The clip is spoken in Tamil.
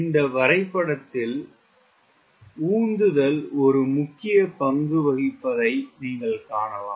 இந்த வரைபடத்தில் உந்துதல் ஒரு முக்கிய பங்கு வகிப்பதைக் காணலாம்